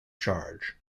charge